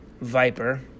Viper